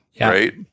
right